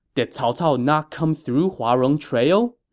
did cao cao not come through huarong trail?